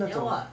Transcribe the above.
ya [what]